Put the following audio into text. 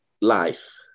life